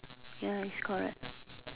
ya it's correct